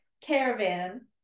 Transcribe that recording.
caravan